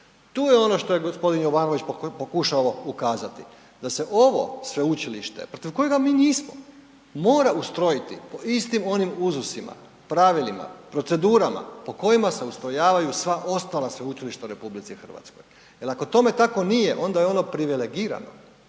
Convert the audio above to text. Tu je ono što je g. Jovanović pokušao ukazati, da se ovo sveučilište protiv kojega mi nismo, mora ustrojiti po istim onim uzusima, pravilima, procedurama po kojima se ustrojavaju sva ostala sveučilišta u RH. Jel ako tome tako nije onda je ono privilegirano,